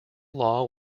law